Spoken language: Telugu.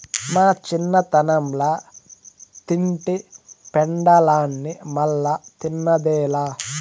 మా చిన్నతనంల తింటి పెండలాన్ని మల్లా తిన్నదేలా